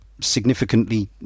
significantly